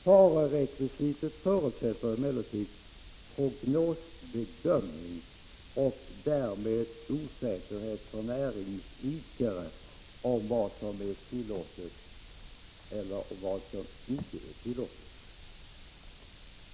Farerekvisitet förutsätter emellertid prognosbedömning och därmed osäkerhet för näringsidkare om vad som är tillåtet eller icke tillåtet.